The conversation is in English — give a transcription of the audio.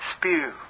spew